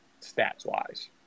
stats-wise